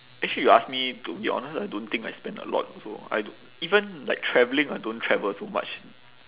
actually you ask me to be honest I don't think I spend a lot also I even like travelling I don't travel so much